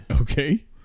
Okay